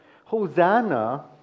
Hosanna